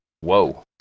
Whoa